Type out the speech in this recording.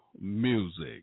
Music